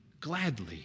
gladly